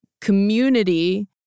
community